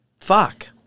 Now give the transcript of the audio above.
fuck